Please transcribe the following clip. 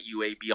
UAB